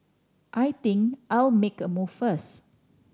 I think I'll make a move first